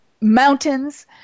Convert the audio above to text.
mountains